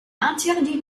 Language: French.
interdit